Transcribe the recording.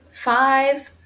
five